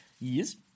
Yes